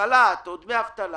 בחל"ת או בדמי אבטלה